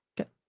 Okay